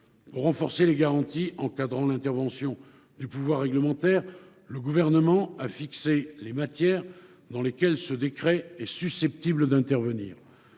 Pour renforcer les garanties encadrant l’intervention du pouvoir réglementaire, le Gouvernement a fixé les matières dans lesquelles ce décret est susceptible d’intervenir